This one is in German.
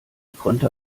konnte